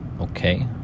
Okay